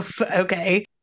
okay